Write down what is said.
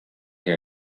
here